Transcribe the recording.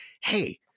Hey